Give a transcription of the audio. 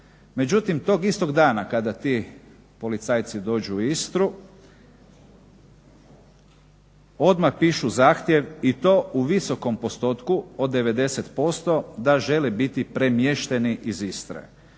Međutim, tog istog dana kada ti policajci dođu u Istru odmah pišu zahtjev i to u visokom postotku od 90% da žele biti premješteni iz Istre.